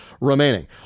remaining